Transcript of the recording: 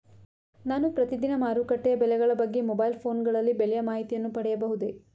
ನಾನು ಪ್ರತಿದಿನ ಮಾರುಕಟ್ಟೆಯ ಬೆಲೆಗಳ ಬಗ್ಗೆ ಮೊಬೈಲ್ ಫೋನ್ ಗಳಲ್ಲಿ ಬೆಲೆಯ ಮಾಹಿತಿಯನ್ನು ಪಡೆಯಬಹುದೇ?